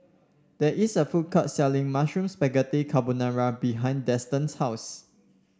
there is a food court selling Mushroom Spaghetti Carbonara behind Denton's house